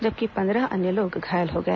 जबकि पंद्रह अन्य लोग घायल हो गए